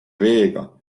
veega